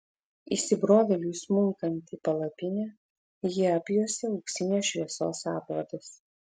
įsibrovėliui smunkant į palapinę jį apjuosė auksinės šviesos apvadas